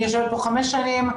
אני יושבת פה חמש שנים,